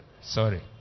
Sorry